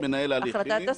מי שמנהל הליכים,